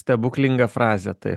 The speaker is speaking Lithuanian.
stebuklinga frazė taip